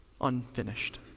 unfinished